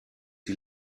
die